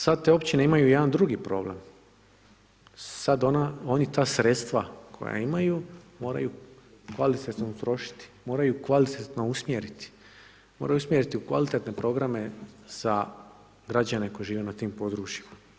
Sad te općine imaju jedan drugi problem, sad oni ta sredstva koja imaju moraju kvalitetno utrošiti, moraju kvalitetno usmjeriti, moraju usmjeriti u kvalitetne programe za građane koji žive na tim područjima.